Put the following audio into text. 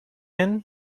inn